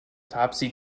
topsy